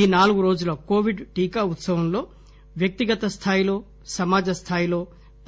ఈ నాలుగురోజుల కోవిడ్ టీకా ఉత్సవంలో వ్యక్తిగత స్థాయిలో సమాజ స్థాయిలో